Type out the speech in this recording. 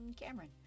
Cameron